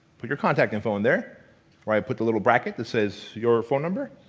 put your contact info in there where i put a little bracket that says your phone number,